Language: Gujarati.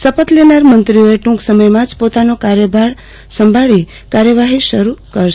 શપથ લેનાર મંત્રીઓ ટુંક સમયમાં જ પોતાનો કાર્યભાર સંભાળી કાર્યવાફી શરૂ કરશે